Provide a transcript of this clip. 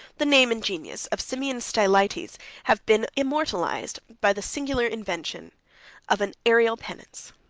the name and genius of simeon stylites have been immortalized by the singular invention of an aerial penance.